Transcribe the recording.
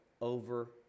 over